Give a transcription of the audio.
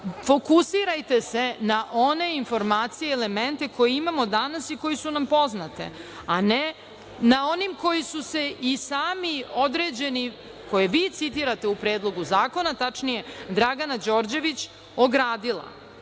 Fokusirajte se na one informacije i elemente koje imamo danas i koje su nam poznate, a ne na one kojim su se i sami određeni koje vi citirate u predlogu zakona, tačnije Dragana Đorđević, ogradila. Što